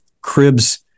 cribs